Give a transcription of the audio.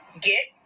Get